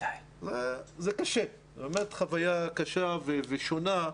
זאת באמת חוויה קשה ושונה.